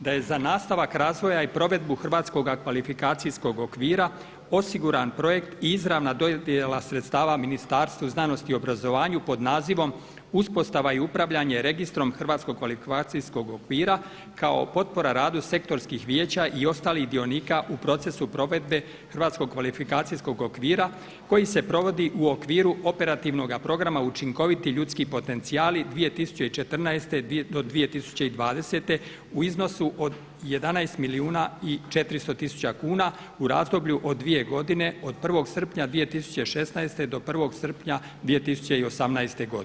da je za nastavak razvoja i provedbu Hrvatskog kvalifikacijskog okvira osiguran projekt i izravna dodjela sredstava Ministarstvu znanosti i obrazovanja pod nazivom Uspostava i upravljanje registrom Hrvatskog kvalifikacijskog okvira kao potpora radu sektorskih vijeća i ostalih dionika u procesu provedbe Hrvatskog kvalifikacijskog okvira koji se provodi u okviru operativnog programa Učinkoviti ljudski potencijali 2014.-2020. u iznosu od 11 milijuna i 400 tisuća kuna u razdoblju od dvije godine od 1. srpnja 2016. do 1. srpnja 2018. godine.